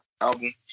album